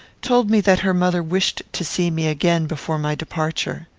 told me that her mother wished to see me again before my departure.